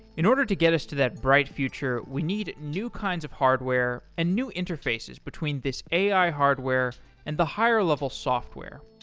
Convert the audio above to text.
in order to get us to that bright future, we need new kinds of hardware and new interfaces between this ai hardware and the higher level software.